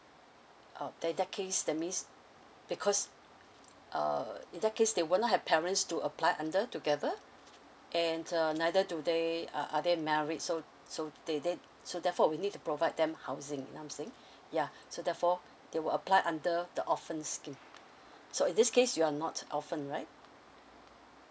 uh that that case that means because uh in that case they will not have parents to apply under together and uh neither do they uh are they married so so they they so therefore we need to provide them housing you know what I'm saying ya so therefore they will apply under the orphan scheme so in this case you're not orphan right